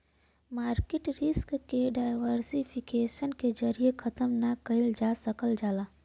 market risk के diversification के जरिये खत्म ना कइल जा सकल जाला